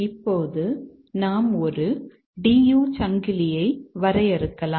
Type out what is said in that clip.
இப்போது நாம் ஒரு DU சங்கிலியை வரையறுக்கலாம்